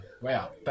wow